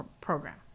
program